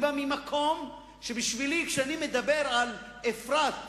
אני בא ממקום שבשבילי, כשאני מדבר על אפרת,